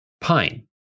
Pine